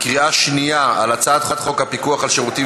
בקריאה שנייה על הצעת חוק הפיקוח על שירותים